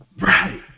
Right